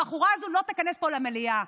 הבחורה הזו לא תיכנס פה למליאה.